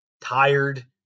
tired